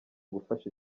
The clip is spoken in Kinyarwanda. gufasha